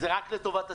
זה רק לטובת הציבור.